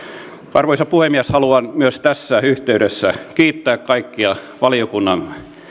arvoisa puhemies haluan myös tässä yhteydessä kiittää kaikkia valiokunnan